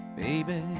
baby